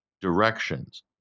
directions